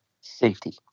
safety